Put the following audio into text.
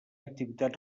activitat